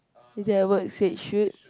is there a word said shoot